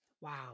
Wow